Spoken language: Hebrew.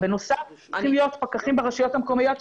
בנוסף צריכים להיות פקחים ברשויות המקומיות,